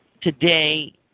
today